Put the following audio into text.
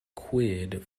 quid